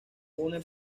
une